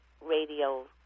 Radio